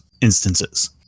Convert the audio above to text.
instances